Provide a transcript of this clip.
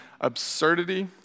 absurdity